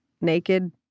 naked